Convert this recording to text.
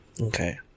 Okay